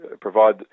provide